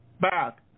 back